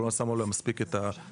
או לא שמו עליה מספיק את הפוקוס,